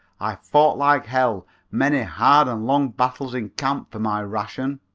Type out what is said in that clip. i fought like hell many hard and long battles in camp for my ration,